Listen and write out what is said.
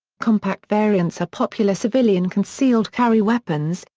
compact variants are popular civilian concealed carry weapons,